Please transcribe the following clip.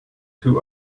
too